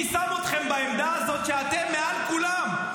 מי שם אתכם בעמדה הזאת שאתם מעל כולם?